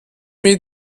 mir